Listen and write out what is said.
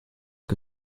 que